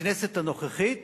בכנסת הנוכחית